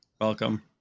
welcome